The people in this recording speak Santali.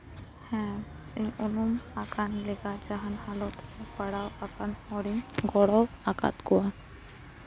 ᱦᱮᱸ ᱤᱧ ᱩᱱᱩᱢ ᱟᱠᱟᱱ ᱞᱮᱠᱟ ᱡᱟᱦᱟᱱ ᱦᱟᱞᱚᱛ ᱨᱮ ᱯᱟᱲᱟᱣ ᱟᱠᱟᱱ ᱦᱚᱲᱤᱧ ᱜᱚᱲᱚ ᱟᱠᱟᱫ ᱠᱚᱣᱟ